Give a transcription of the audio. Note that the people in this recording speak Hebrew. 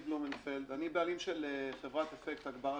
"אפקט".